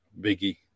Biggie